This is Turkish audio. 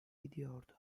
gidiyordu